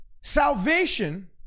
Salvation